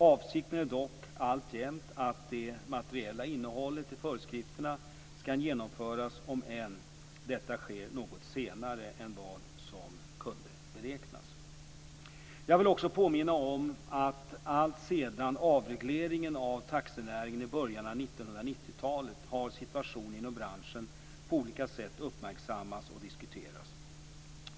Avsikten är dock alltjämt att det materiella innehållet i föreskrifterna skall genomföras om än detta sker något senare än vad som kunde beräknas. Jag vill också påminna om att alltsedan avregleringen av taxinäringen i början av 1990-talet har situationen inom branschen på olika sätt uppmärksammats och diskuterats.